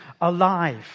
alive